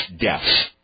deaths